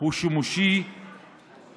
הוא שימוש ראוי.